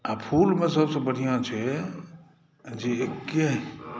फूलमे सभसे बढ़िआँ छै अथी एके